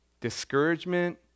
discouragement